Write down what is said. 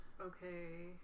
okay